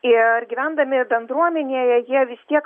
ir gyvendami bendruomenėje jie vis tiek